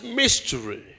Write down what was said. mystery